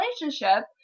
relationship